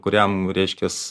kuriam reiškias